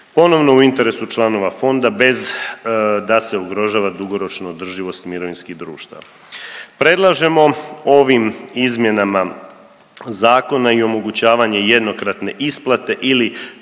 ponovno u interesu članova fonda bez da se ugrožava dugoročnu održivost mirovinskih društava. Predlažemo ovim izmjenama zakona i omogućavanje jednokratne isplate ili